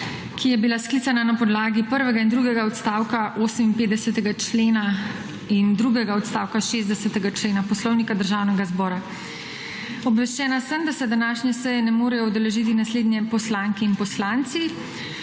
ki je bila sklicana na podlagi prvega in drugega odstavka 58. člena in drugega odstavka 60. člena Poslovnika Državnega zbora. Obveščena sem, da se današnje seje ne morejo udeležiti naslednje poslanke in poslanci: